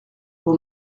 mon